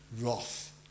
wrath